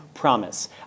promise